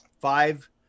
five